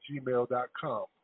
gmail.com